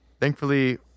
Thankfully